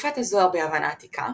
תקופת הזוהר ביוון העתיקה,